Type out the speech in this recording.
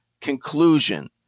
conclusion